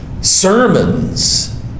sermons